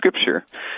Scripture